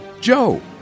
Joe